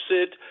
Sid